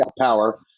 power